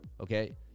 okay